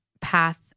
path